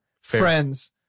Friends